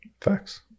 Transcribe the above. facts